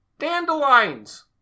dandelions